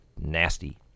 nasty